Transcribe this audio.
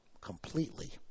completely